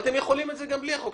אתם יכולים לעשות את זה בלי החוק.